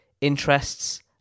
interests